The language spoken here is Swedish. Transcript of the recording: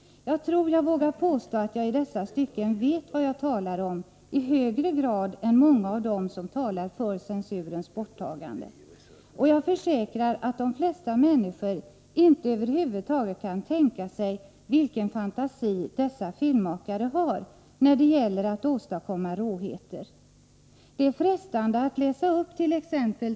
Jag tror jag vågar påstå att jag i dessa stycken vet vad jag talar om, i högre grad än många av dem som talar för censurens borttagande. Jag försäkrar att de flesta människor över huvud taget inte kan tänka sig vilken fantasi dessa filmmakare har när det gäller att åstadkomma råheter. Det är frestande att här läsa upp tt.ex.